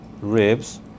ribs